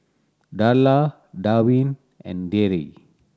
Darla Darvin and Deidre